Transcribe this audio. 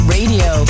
Radio